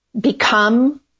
become